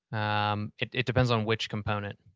um it it depends on which component.